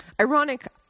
ironic